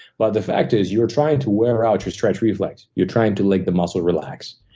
but the fact is, you're trying to wear out your stretch reflex. you're trying to let the muscle relax.